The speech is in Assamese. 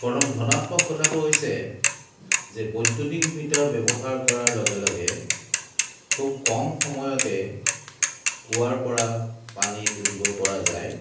প্ৰথম ধণাত্মক কথাটো হৈছে যে বৈদ্যুতিক মিটাৰ ব্যৱহাৰ কৰাৰ লগে লগে খুব কম সময়তে কুঁৱাৰ পৰা পানী তুলিব পৰা যায়